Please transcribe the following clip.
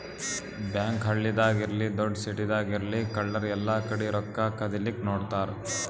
bank ಹಳ್ಳಿದಾಗ್ ಇರ್ಲಿ ದೊಡ್ಡ್ ಸಿಟಿದಾಗ್ ಇರ್ಲಿ ಕಳ್ಳರ್ ಎಲ್ಲಾಕಡಿ ರೊಕ್ಕಾ ಕದಿಲಿಕ್ಕ್ ನೋಡ್ತಾರ್